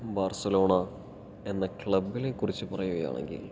Barcelona എന്ന ക്ലബ്ബിനെ കുറിച്ച് പറയുകയാണെങ്കിൽ